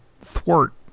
thwart